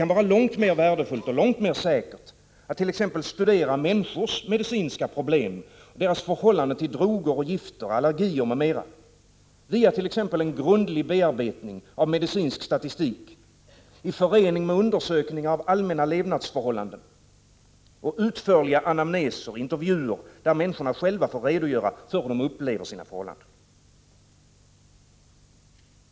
Det är långt mer värdefullt och säkert att t.ex. studera människors medicinska problem, deras förhållanden till droger och gifter, allergier m.m. via t.ex. en grundlig bearbetning av medicinsk statistik i förening med undersökningar av allmänna levnadsförhållanden och utförliga anamneser, intervjuer där människor själva får redogöra för hur de upplever sina förhållanden.